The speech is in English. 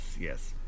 yes